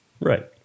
Right